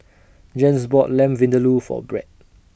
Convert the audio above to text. Jens bought Lamb Vindaloo For Brett